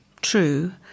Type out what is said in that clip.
true